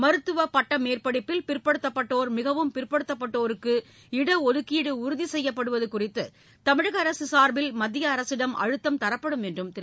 மருத்துவ பட்டமேற்படிப்பில் பிற்படுத்தப்பட்டோர் மிகவும் பிற்படுத்தப்பட்டோருக்கு இட ஒதுக்கீடு உறுதி செய்யப்படுவது குறித்து தமிழக அரசு சார்பில் மத்திய அரசிடம் அழுத்தம் தரப்படும் என்றும் திரு